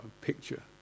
picture